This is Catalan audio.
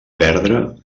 perdre